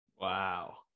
Wow